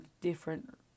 different